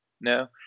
No